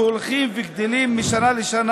שהולכים וגדלים משנה לשנה